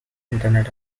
internet